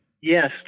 Yes